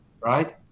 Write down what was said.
Right